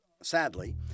sadly